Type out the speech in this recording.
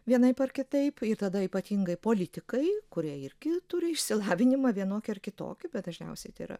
vienaip ar kitaip ir tada ypatingai politikai kurie irgi turi išsilavinimą vienokį ar kitokį bet dažniausiai tai yra